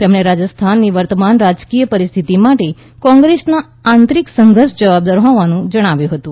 તેમણે રાજસ્થાનની વર્તમાન રાજકીય પરિસ્થિતિ માટે કોંગ્રેસનો આંતરીક સંઘર્ષ જવાબદાર હોવાનું ગણાવ્યું હતું